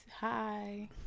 Hi